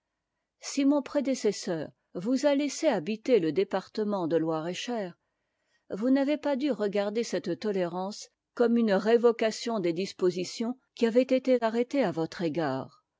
si mon prédécesseur vous a laissé habiter le département de loir et cher vous n'avez pas dû regarder cette tolérance comme une révocation des dispositions qui avaient été arrêtées à votre égard